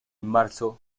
marzo